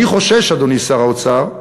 אני חושש, אדוני שר האוצר,